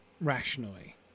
rationally